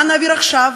ומה נעביר עכשיו?